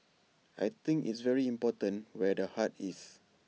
I think it's very important where the heart is